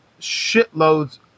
shitloads